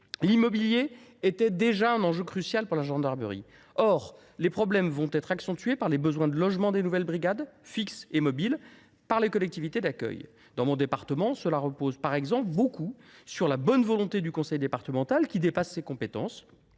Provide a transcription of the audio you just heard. L’immobilier était déjà un enjeu crucial pour la gendarmerie. Or les problèmes seront accentués par les besoins de logement des nouvelles brigades, fixes et mobiles, par les collectivités d’accueil. Par exemple, dans mon département, les solutions reposent beaucoup sur la bonne volonté du conseil départemental, même si le sujet dépasse ses compétences.